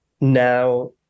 now